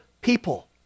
people